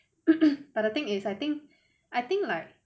but the thing is I think I think like